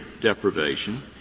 deprivation